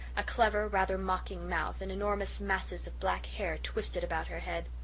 a clever, rather mocking mouth, and enormous masses of black hair twisted about her head.